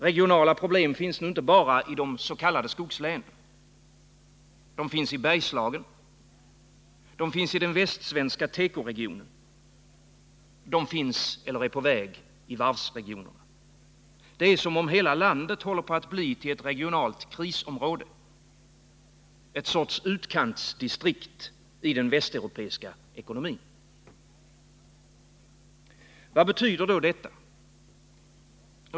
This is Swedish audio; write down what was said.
Regionala problem finns nu inte bara i de s.k. skogslänen. De finns i Bergslagen. De finns i den västsvenska tekoregionen. De finns eller är på väg i varvsregionerna. Det är som om hela landet håller på att bli ett regionalt krisområde, en sorts utkantsdistrikt i den västeuropeiska ekonomin. Vad betyder då detta?